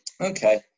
Okay